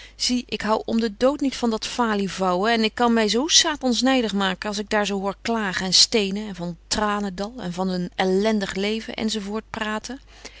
zie ik hou om de dood niet van dat falievouwen en ik kan my zo satans nydig maken als ik daar zo hoor klagen en stenen en van tranendal en van een elendig leven enz praten